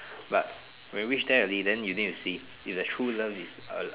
but when you reach there early then you need to see if your true love is uh